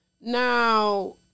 Now